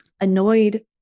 annoyed